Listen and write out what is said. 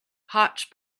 hotch